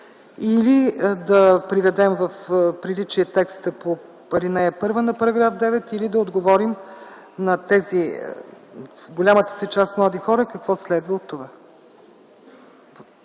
или да приведем в приличие текста по ал. 1 на § 9, или да отговорим на голямата част млади хора какво следва от това.